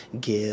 give